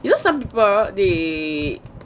you know some people they